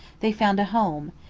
they found a home,